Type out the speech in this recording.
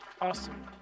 Awesome